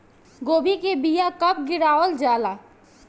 गोभी के बीया कब गिरावल जाला?